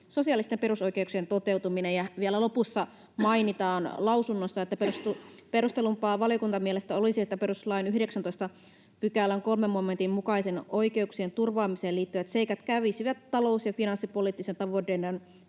sosiaalisten perusoikeuksien toteutuminen”. Ja vielä lausunnon lopussa mainitaan, että ”perustellumpaa valiokunnan mielestä olisi, että perustuslain 19 §:n 3 momentin mukaiseen oikeuksien turvaamiseen liittyvät seikat kävisivät talous- ja finanssipoliittisen tavoitteiden